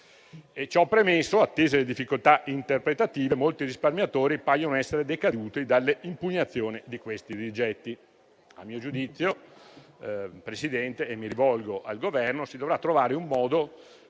Ciò premesso, attese le difficoltà interpretative, molti risparmiatori paiono essere decaduti dalle impugnazioni di questi rigetti. A mio giudizio - e mi rivolgo al Governo - si dovrà trovare un modo